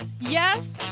yes